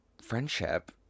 friendship